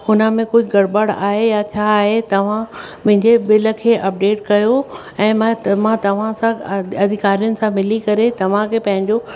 हुन में कुझु गड़बड़ आहे या छा आहे तव्हां मुंहिंजे बिल खे अपडेट कयो ऐं मां मां तव्हां सां अधिकारियुनि सां मिली करे तव्हांखे पंहिंजो